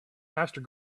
master